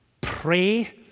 pray